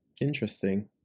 interesting